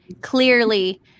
clearly